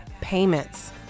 payments